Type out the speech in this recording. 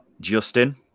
Justin